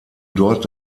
dort